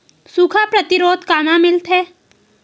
सुखा प्रतिरोध कामा मिलथे?